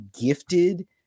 gifted